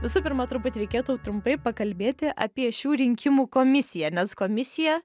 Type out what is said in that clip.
visų pirma turbūt reikėtų trumpai pakalbėti apie šių rinkimų komisiją nes komisija